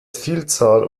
vielzahl